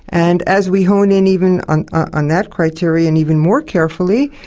and as we home and in even on ah on that criterion even more carefully,